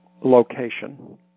location